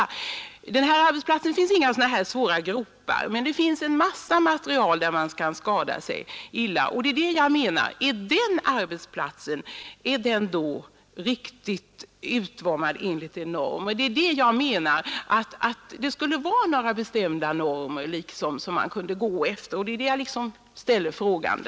På den här arbetsplatsen finns det visserligen inte några farliga gropar, men det finns en mängd materiel som barnen kan skada sig på. Jag undrar om den arbetsplatsen är riktigt utformad enligt de normer som civilministern talar om, eller bör man göra nya.